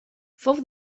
fou